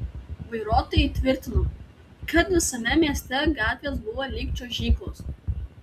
vairuotojai tvirtino kad visame mieste gatvės buvo lyg čiuožyklos